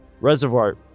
Reservoir